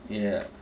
ya